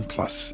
Plus